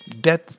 death